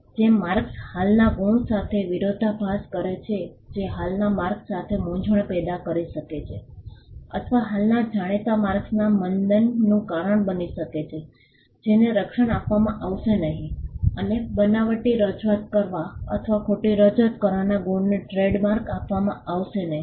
જે માર્કસ હાલના ગુણ સાથે વિરોધાભાસ કરે છે જે હાલના માર્ક્સ સાથે મૂંઝવણ પેદા કરી શકે છે અથવા હાલના જાણીતા માર્ક્સના મંદનનું કારણ બની શકે છે તેમને રક્ષણ આપવામાં આવશે નહીં અને બનાવટી રજૂઆત કરવા અથવા ખોટી રજૂઆત કરનારા ગુણને ટ્રેડ માર્ક આપવામાં આવશે નહીં